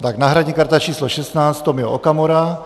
Tak náhradní karta číslo 16 Tomio Okamura.